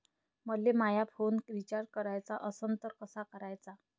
मले माया phone recharge कराचा असन तर कसा कराचा?